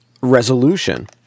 resolution